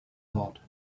thought